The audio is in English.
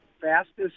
fastest